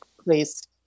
please